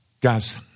Guys